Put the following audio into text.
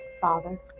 Father